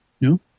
no